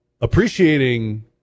appreciating